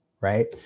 right